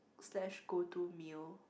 slash go to meal